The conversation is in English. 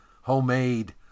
homemade